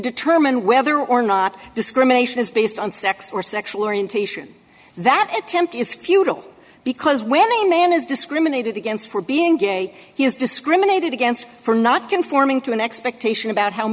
determine whether or not discrimination is based on sex or sexual orientation that it tempt is futile because when a man is discriminated against for being gay he is discriminated against for not conforming to an expectation about how